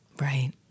Right